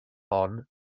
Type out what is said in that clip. hon